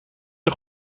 een